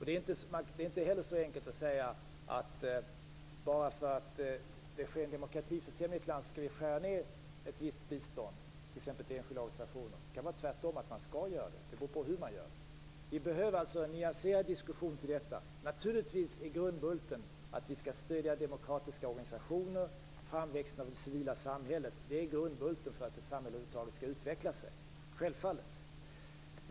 Det är inte heller så enkelt som att säga, att bara därför att det sker en demokratiförsämring i ett land skall vi skära ned ett viss bistånd, t.ex. till enskilda organisationer. Man kanske tvärtom skall ge bistånd. Det beror på hur man gör det. Vi behöver en nyanserad diskussion om detta. Naturligtvis är grundbulten att vi skall stödja demokratiska organisationer och framväxten av det civila samhället. Det är grundbulten för att ett samhälle över huvud taget skall utvecklas, självfallet.